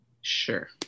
Sure